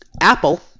Apple